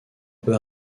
peu